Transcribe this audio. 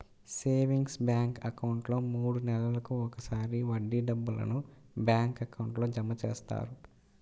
savings bank అకౌంట్లో మూడు నెలలకు ఒకసారి వడ్డీ డబ్బులను బ్యాంక్ అకౌంట్లో జమ చేస్తారు